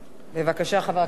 בבקשה, חבר הכנסת כהן.